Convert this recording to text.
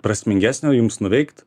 prasmingesnio jums nuveikt